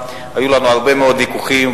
היו לנו הרבה מאוד ויכוחים,